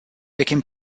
became